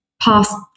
past